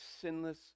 sinless